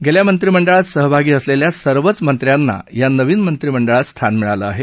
गेल्या मंत्रिमंडळात सहभागी असलेल्या सर्वच मंत्र्यांना ह्या नवीन मंत्रिमंडळात स्थान मिळालं आहे